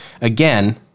again